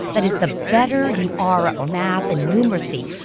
that is, the better you are at math and numeracy,